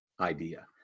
idea